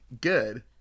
good